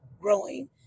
growing